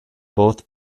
both